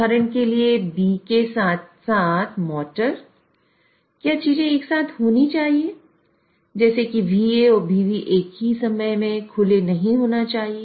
उदाहरण के लिए B के साथ साथ मोटर क्या चीजें एक साथ नहीं होनी चाहिए जैसे कि VA और VB एक ही समय में खुले नहीं होने चाहिए